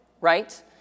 right